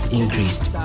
increased